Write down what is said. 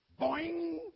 boing